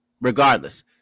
regardless